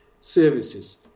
services